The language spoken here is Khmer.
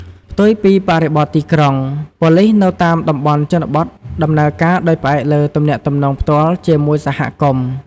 ផ្ទុយពីបរិបទទីក្រុង ប៉ូលិសនៅតាមតំបន់ជនបទដំណើរការដោយផ្អែកលើ ទំនាក់ទំនងផ្ទាល់ ជាមួយសហគមន៍។